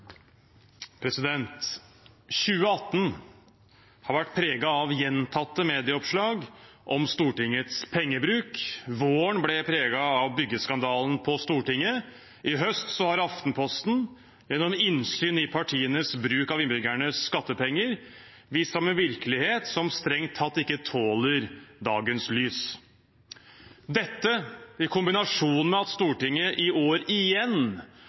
2018 har vært preget av gjentatte medieoppslag om Stortingets pengebruk. Våren ble preget av byggeskandalen på Stortinget. I høst har Aftenposten gjennom innsyn i partienes bruk av innbyggernes skattepenger vist fram en virkelighet som strengt tatt ikke tåler dagens lys. Dette, i kombinasjon med at Stortinget i år igjen